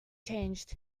changed